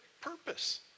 purpose